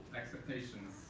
expectations